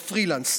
בפרילנס,